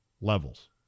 levels